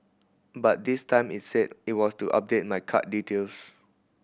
but this time it said it was to update my card details